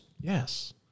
Yes